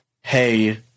hey